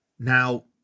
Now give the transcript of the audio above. Now